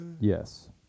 Yes